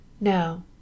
Now